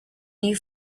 new